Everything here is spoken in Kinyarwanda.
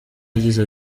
yagize